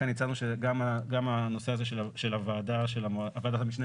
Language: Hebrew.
לכן הצענו שגם הנושא הזה של ועדת המשנה